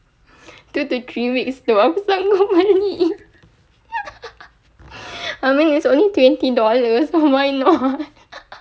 two to three weeks though I was like no money I mean it's only twenty dollars why not I was craving I'm craving for a chocolate lah what do you expect so I'm willing to wait for like three weeks but